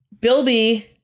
Bilby